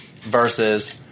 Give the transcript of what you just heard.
Versus